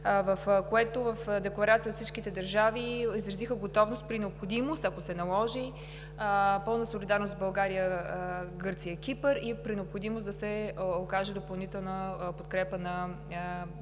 които в декларация от всичките държави изразиха готовност при необходимост, ако се наложи, пълна солидарност с България, Гърция и Кипър. При необходимост да се окаже допълнителна подкрепа на България